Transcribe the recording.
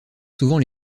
souvent